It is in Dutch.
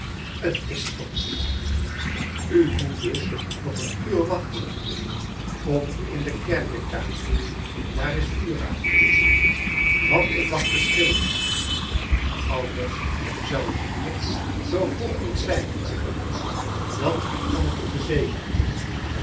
t is toch niet waar u moet dus nog een uur wachten kom in de kerkekamer daar is vuur aan want ik wacht de schilders anders zou ik hier zoo vroeg niet zijn dat kan ik u verzekeren